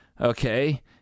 okay